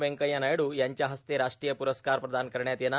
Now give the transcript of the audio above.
वेंकय्या नायडू यांच्या हस्ते राष्ट्रीय पुरस्कार प्रदान करण्यात येणार